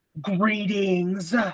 greetings